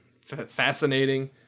fascinating